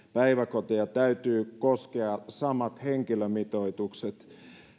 päiväkoteja täytyy koskea samat henkilömitoitukset